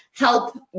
help